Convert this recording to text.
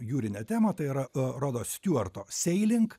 jūrinę temą tai yra rodo stiuarto seiling